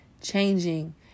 changing